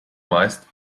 meist